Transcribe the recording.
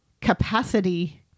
capacity